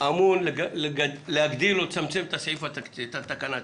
אמון להגדיל או לצמצם את התקנה התקציבית.